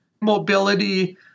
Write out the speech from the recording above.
mobility